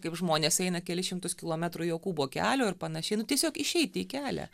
kaip žmonės eina kelis šimtus kilometrų jokūbo kelio ir panašiai nu tiesiog išeiti į kelią